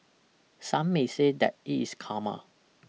some may say that it is karma